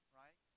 right